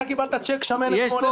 אתה קיבלת צ'ק שמן אתמול,